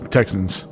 Texans